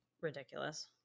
ridiculous